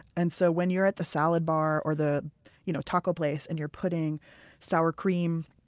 and so when you're at the salad bar or the you know taco place and you're putting sour cream,